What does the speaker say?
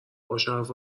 باشرف